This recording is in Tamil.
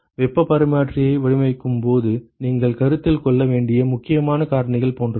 வெப்பப் பரிமாற்றியை வடிவமைக்கும் போது நீங்கள் கருத்தில் கொள்ள வேண்டிய முக்கியமான காரணிகள் போன்றவை